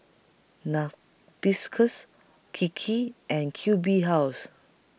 Narcissus Kiki and Q B House